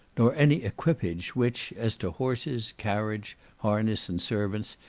nor any equipage which, as to horses, carriage, harness, and servants,